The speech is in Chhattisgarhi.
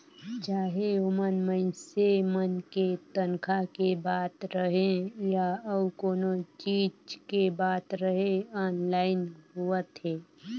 चाहे ओमन मइनसे मन के तनखा के बात रहें या अउ कोनो चीच के बात रहे आनलाईन होवत हे